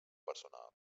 personal